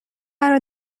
قرار